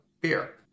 beer